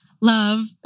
love